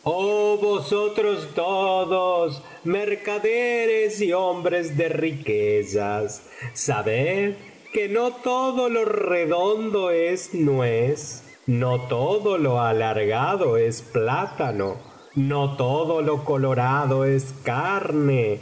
todos mercaderes y hombres de riquezas sabed que no todo lo redondo es nuez no todo lo alargado es plátano no todo lo colorado es carne